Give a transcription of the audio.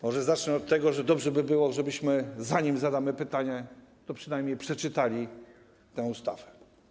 Może zacznę od tego, że dobrze by było, żebyśmy, zanim zadamy pytanie, przynajmniej przeczytali tę ustawę.